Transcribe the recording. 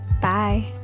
Bye